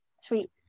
Sweet